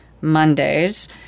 Mondays